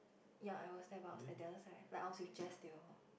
ya I was there but I was at the other side like I was with Jess they all